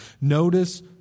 Notice